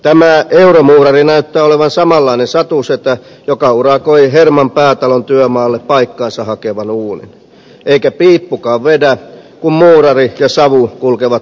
tämä euromuurari näyttää olevan samanlainen satusetä kuin se joka urakoi herman päätalon työmaalle paikkaansa hakevan uunin eikä piippukaan vedä kun muurari ja savu kulkevat samasta aukosta